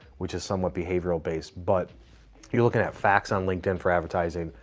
which is somewhat behavioral based. but you're looking at facts on linkedin for advertising,